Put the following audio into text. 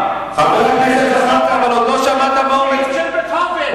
חבר הכנסת זחאלקה, עוד לא שמעת מה הוא מציע.